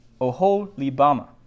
Oholibama